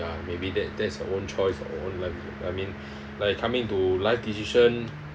ya maybe that that's your own choice or your own life I mean like coming to life decision